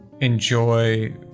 enjoy